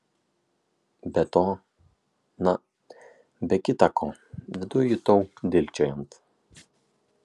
be to na be kita ko viduj jutau dilgčiojant